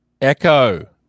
Echo